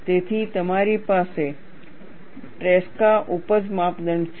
તેથી તમારી પાસે Tresca ઉપજ માપદંડ છે